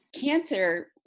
cancer